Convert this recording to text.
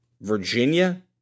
Virginia